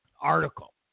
article